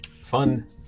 fun